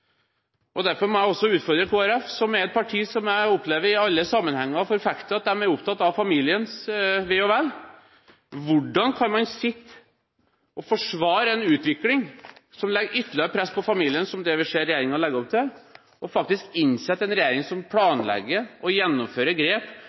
det. Derfor må jeg også utfordre Kristelig Folkeparti, som er et parti som jeg i alle sammenhenger opplever forfekter at de er opptatt av familiens ve og vel: Hvordan kan man sitte og forsvare en utvikling som legger ytterligere press på familien, som det vi ser regjeringen legger opp til? De bør faktisk innse at dette er en regjering som